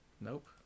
nope